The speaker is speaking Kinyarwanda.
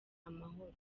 amahoro